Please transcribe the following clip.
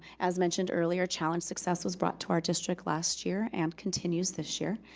as mentioned earlier, challenge success was brought to our district last year and continues this year.